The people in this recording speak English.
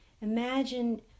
Imagine